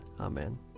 Amen